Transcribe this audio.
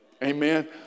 Amen